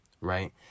right